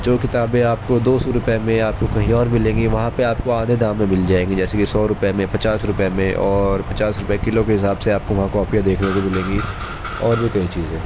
جو کتابیں آپ کو دو سو روپئے میں آپ کو کہیں اور ملیں گی وہاں پہ آپ کو آدھے دام میں مل جائیں گی جیسے کہ سو روپئے میں پچاس روپئے میں اور پچاس روپئے کلو کے حساب سے آپ کو وہاں کاپیاں دیکھنے کو ملیں گی اور بھی کئی چیزیں